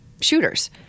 shooters